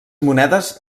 monedes